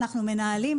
ואנחנו מנהלים,